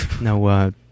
No